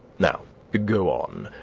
now, go on.